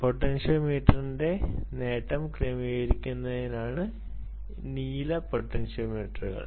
പൊട്ടൻഷ്യോമീറ്ററിന്റെ നേട്ടം ക്രമീകരിക്കുന്നതിനാണ് നീല പൊട്ടൻഷ്യോമീറ്ററുകൾ